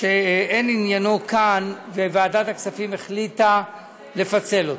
שאין עניינו כאן, וועדת הכספים החליטה לפצל אותו.